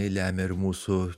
lemia ir mūsų